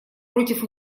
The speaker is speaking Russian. против